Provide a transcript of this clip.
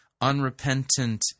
unrepentant